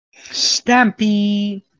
Stampy